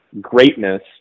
greatness